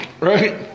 right